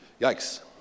Yikes